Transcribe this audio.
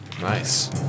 Nice